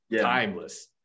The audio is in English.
timeless